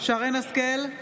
שרן מרים השכל,